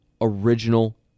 original